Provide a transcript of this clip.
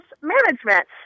management